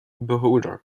beholder